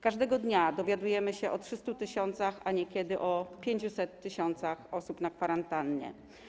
Każdego dnia dowiadujemy się o 300 tys., a niekiedy o 500 tys. osób na kwarantannie.